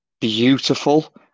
beautiful